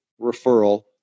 referral